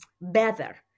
better